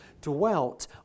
dwelt